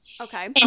Okay